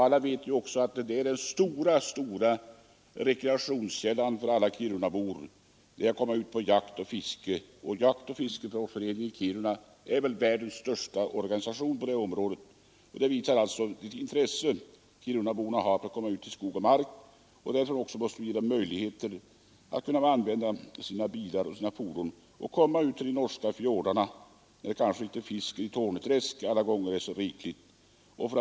Alla vet ju också att den stora, stora rekreationskällan för alla kirunabor är att komma ut på jakt och fiske. Jaktoch fiskeföreningen i Kiruna är väl världens största organisation på det här området. Det visar alltså vilket intresse kirunaborna har att komma ut i skog och mark. Därför måste det också finnas möjligheter för dem att få använda sina bilar och andra fordon för att komma ut till de norska fjordarna. Kanske inte Torne träsk alla gånger har så rikligt med fisk.